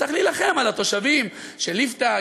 צריך להילחם על התושבים של ליפתא,